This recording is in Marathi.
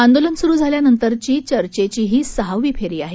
आंदोलन सुरु झाल्यानंतरची चर्चेची ही सहावी फेरी आहे